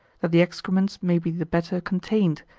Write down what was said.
that the excrements may be the better contained,